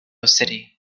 city